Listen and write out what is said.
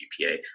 GPA